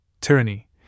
tyranny